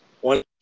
one